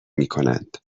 میکنند